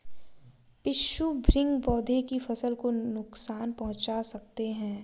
पिस्सू भृंग पौधे की फसल को नुकसान पहुंचा सकते हैं